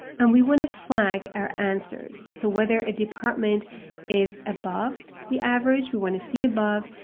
and we want to flag our answers, so whether a department is above the average, we want to see above,